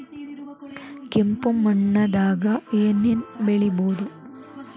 ಕೆಂಪು ಮಣ್ಣದಾಗ ಏನ್ ಏನ್ ಬೆಳಿಬೊದು?